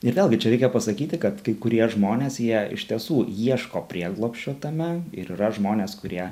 ir vėlgi čia reikia pasakyti kad kai kurie žmonės jie iš tiesų ieško prieglobsčio tame ir yra žmonės kurie